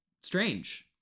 strange